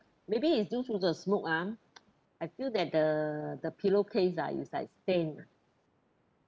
maybe it's due to the smoke ah I feel that the the pillow case ah is like stained